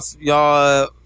y'all